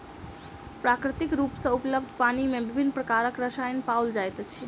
प्राकृतिक रूप सॅ उपलब्ध पानि मे विभिन्न प्रकारक रसायन पाओल जाइत अछि